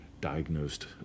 diagnosed